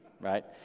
right